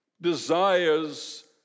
desires